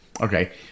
Okay